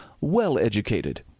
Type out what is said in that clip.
well-educated